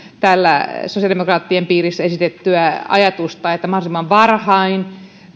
sosiaalidemokraattien piirissä esitettyä ajatusta että mahdollisimman varhain